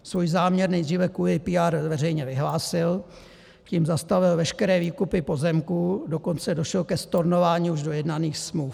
Svůj záměr nejdřív kvůli PR veřejně vyhlásil, tím zastavil veškeré výkupy pozemků, dokonce došlo ke stornování už dojednaných smluv.